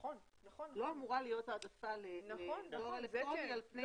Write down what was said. לא אמורה להיות העדפה על פני פקס.